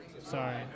Sorry